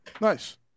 Nice